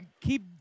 keep